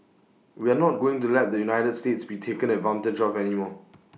we are not going to let the united states be taken advantage of any more